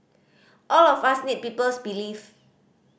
all of us need people's belief